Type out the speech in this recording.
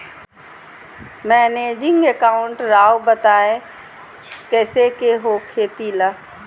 Managing account राव बताएं कैसे के हो खेती ला?